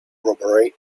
robbery